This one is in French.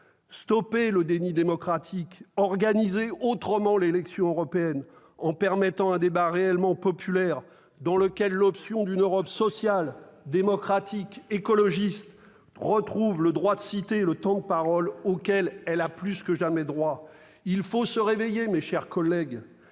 Stoppez le déni démocratique, organisez autrement l'élection européenne, en permettant un débat réellement populaire, dans lequel l'option d'une Europe sociale, démocratique et écologiste retrouve le droit de cité et le temps de parole auquel elle a plus que jamais droit. Il faut conclure, mon cher collègue.